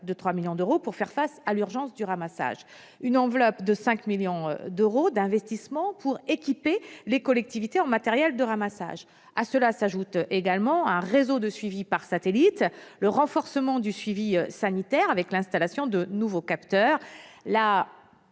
été débloquée pour faire face à l'urgence du ramassage, ainsi qu'une enveloppe de 5 millions d'euros d'investissements pour équiper les collectivités territoriales en matériel de ramassage. À cela s'ajoute un réseau de suivi par satellite, le renforcement du suivi sanitaire, avec l'installation de nouveaux capteurs,